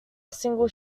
single